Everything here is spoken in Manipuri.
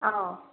ꯑꯥꯎ